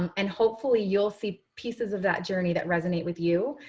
and hopefully you'll see pieces of that journey that resonate with you.